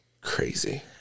Crazy